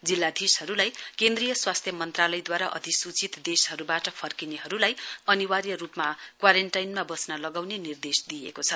जिल्लाधीशहरूलाई केन्द्रीय स्वास्थ्य मन्त्रालयद्वारा अधिसूचित देशहरूबाट फर्किनेहरूलाई अनिवार्य रूपमा क्वारेन्टाइनमा बस्न लगाउने निर्देश दिइएको छ